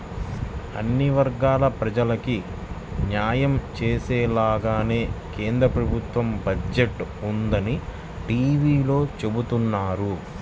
అన్ని వర్గాల ప్రజలకీ న్యాయం చేసేలాగానే కేంద్ర ప్రభుత్వ బడ్జెట్ ఉందని టీవీలో చెబుతున్నారు